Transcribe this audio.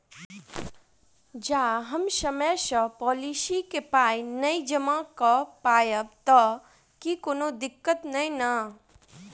जँ हम समय सअ पोलिसी केँ पाई नै जमा कऽ पायब तऽ की कोनो दिक्कत नै नै?